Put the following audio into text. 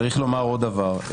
צריך לומר עוד דבר,